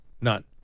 None